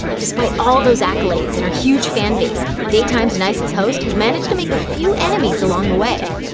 despite all those accolades and her huge fan base, daytime's nicest host has managed to make a few enemies along the way.